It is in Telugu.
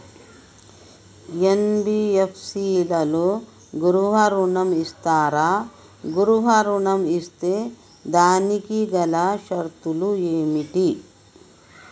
ఎన్.బి.ఎఫ్.సి లలో గృహ ఋణం ఇస్తరా? గృహ ఋణం ఇస్తే దానికి గల షరతులు ఏమిటి?